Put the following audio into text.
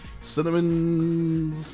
Cinnamon